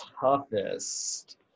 Toughest